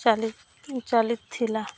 ଚାଲି ଚାଲିଥିଲା